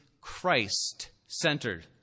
christ-centered